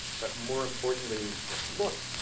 but more importantly than look,